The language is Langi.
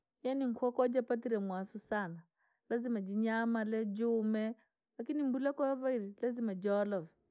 Yaani nkuwa koojipatire mwasu saana, lazima jinyaamale, jiume, lakini mbula koo yavaire lazima jiolevee.